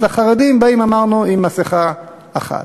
אז החרדים באים, אמרנו, עם מסכה אחת.